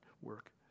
work